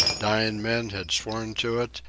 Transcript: dying men had sworn to it,